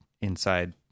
inside